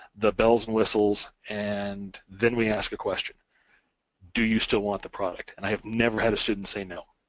the bells and whistles and then we ask a question do you still want the product? and i have never had a student say no.